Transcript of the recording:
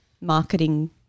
marketing